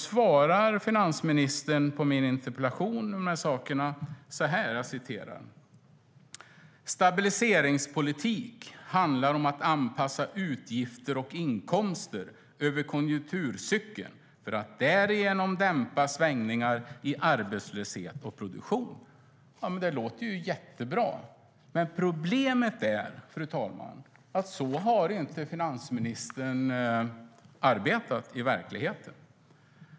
Som svar på min interpellation om de här sakerna säger finansministern: "Stabiliseringspolitik handlar om att anpassa utgifter och inkomster över konjunkturcykeln för att därigenom dämpa svängningar i arbetslösheten och produktionen." Det låter jättebra. Men problemet, fru talman, är att finansministern inte har arbetat så i verkligheten.